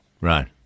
Right